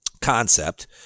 concept